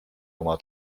oma